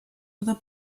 other